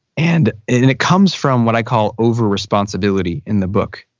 and it and it comes from what i call over-responsibility in the book.